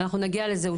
אנחנו נגיע לזה.